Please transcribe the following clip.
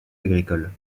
agricole